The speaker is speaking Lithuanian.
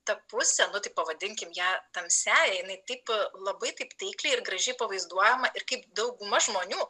ta pusė nu tai pavadinkim ją tamsiąja jinai taip labai taip taikliai ir gražiai pavaizduojama ir kaip dauguma žmonių